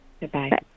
Goodbye